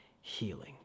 healing